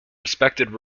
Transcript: respected